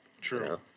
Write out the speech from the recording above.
True